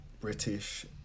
British